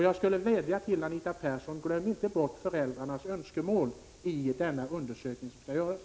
Jag skulle vilja vädja till Anita Persson: Glöm inte bort föräldrarnas önskemål i den undersökning som skall göras!